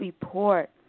report